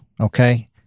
Okay